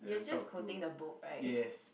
you're just quoting the book right